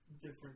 different